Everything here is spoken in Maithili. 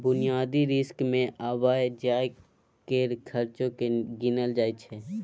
बुनियादी रिस्क मे आबय जाय केर खर्चो केँ गिनल जाय छै